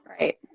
Right